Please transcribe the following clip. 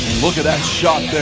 look at that shot there